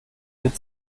wird